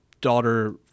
daughter